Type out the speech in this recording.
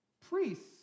Priests